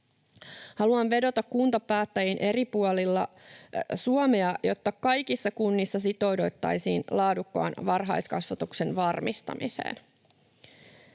Haluan vedota kuntapäättäjiin eri puolilla Suomea, jotta kaikissa kunnissa sitouduttaisiin laadukkaan varhaiskasvatuksen varmistamiseen.